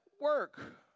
Work